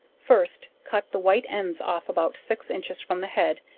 first cut the white ends off about six inches from the head,